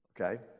okay